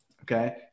okay